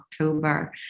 October